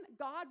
God